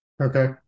okay